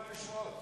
הכול משמועות.